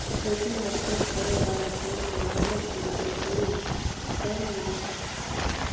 खेती म काम करै वाला जोन क मेहनत केरो मजदूरी कम मिलै छै